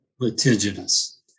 litigious